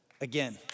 again